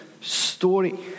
story